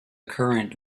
current